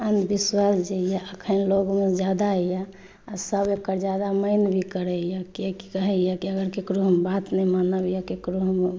अंधविश्वास जे यऽ अखन लोगमे जादा यऽ सभ ओकर जादा माइंड भी करै यऽ कियाकि कहै यऽ अगर केकरो अगर हम बात नहि मानब या ककरो हम